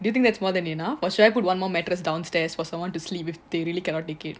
do you think is more than enough or should I put one more mattress downstairs for someone to sleep if they really cannot take it